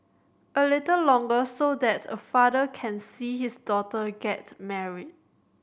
a little longer so that a father can see his daughter get married